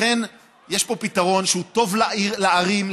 יש פה פתרון שהוא טוב לערים,